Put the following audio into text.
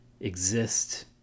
exist